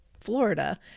Florida